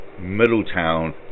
Middletown